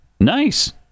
Nice